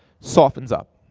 softens up.